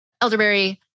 elderberry